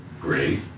great